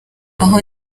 aha